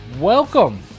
Welcome